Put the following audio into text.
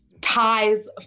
ties